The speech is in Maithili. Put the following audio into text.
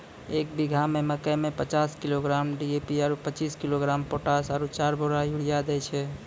एक बीघा मे मकई मे पचास किलोग्राम डी.ए.पी आरु पचीस किलोग्राम पोटास आरु चार बोरा यूरिया दैय छैय?